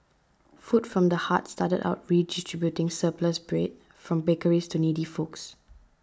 food from the Heart started out redistributing surplus bread from bakeries to needy folks